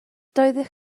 doeddech